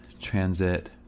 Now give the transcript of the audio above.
transit